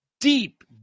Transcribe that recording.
deep